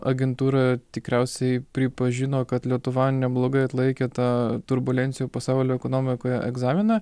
agentūra tikriausiai pripažino kad lietuva neblogai atlaikė tą turbulencijų pasaulio ekonomikoje egzaminą